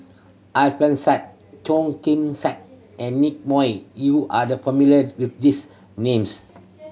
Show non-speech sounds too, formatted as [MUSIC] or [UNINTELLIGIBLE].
Alfian Sa'at [UNINTELLIGIBLE] Khim Sa'at and Nick Moey you are the familiar with these names